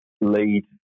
lead